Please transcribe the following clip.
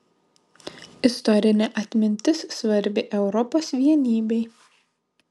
istorinė atmintis svarbi europos vienybei